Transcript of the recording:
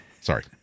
Sorry